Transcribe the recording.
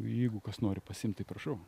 jeigu kas nori pasiimt tai prašau